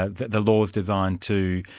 ah the the laws designed to